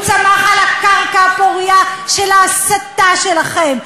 הוא צמח על הקרקע הפורייה של ההסתה שלכם.